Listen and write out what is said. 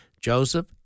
joseph